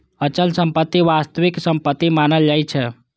अचल संपत्ति वास्तविक संपत्ति मानल जाइ छै